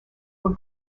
were